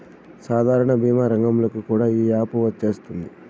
సాధారణ భీమా రంగంలోకి కూడా ఈ యాపు వచ్చేసింది